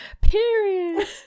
period